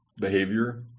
behavior